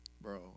Bro